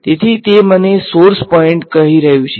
તેથી તે મને સોર્સ પોઈંટ કહી રહ્યું છે